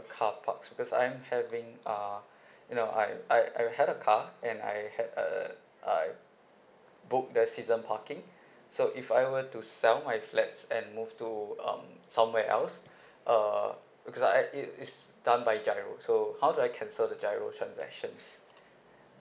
carparks because I'm having uh you know I I I have a car and I had uh I booked the season parking so if I were to sell my flats and move to um somewhere else uh because I it it's done by GIRO so how do I cancel the GIRO transactions